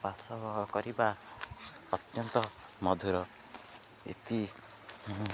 ବାସ କରିବା ଅତ୍ୟନ୍ତ ମଧୁର ଇତି